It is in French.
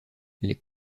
les